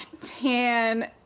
tan